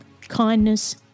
kindness